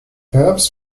perhaps